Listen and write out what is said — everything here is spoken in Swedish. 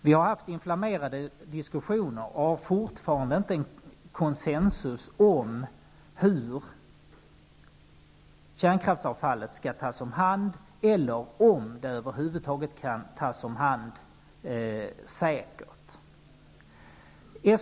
Vi har haft inflammerade diskussioner, och vi saknar fortfarande en konsensus om hur kärnkraftsavfallet skall tas om hand eller om huruvida det över huvud taget kan tas om hand på ett säkert sätt.